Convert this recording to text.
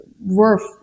worth